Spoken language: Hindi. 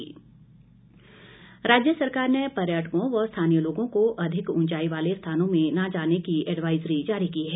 एडवाइजरी राज्य सरकार ने पर्यटकों व स्थानीय लोगों को अधिक उंचाई वाले स्थानों में न जाने की एडवाईजरी जारी की है